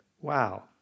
Wow